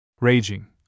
raging